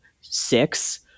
six